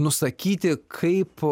nusakyti kaip